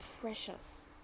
precious